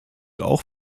auch